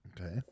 Okay